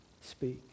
Speak